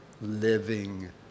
living